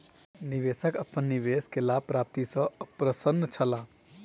निवेशक अपन निवेश के लाभ प्राप्ति सॅ अप्रसन्न छला